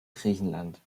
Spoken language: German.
griechenland